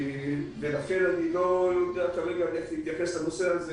ולכן אני לא יודע כרגע איך להתייחס לנושא הזה.